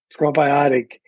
probiotic